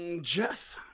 Jeff